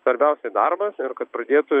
svarbiausia darbas ir kad pradėtų